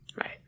Right